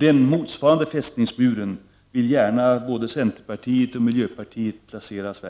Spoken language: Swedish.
en motsvarande Prot. 1989/90:45 fästningsmur vill gärna både centerpartiet och miljöpartiet placera Sverige.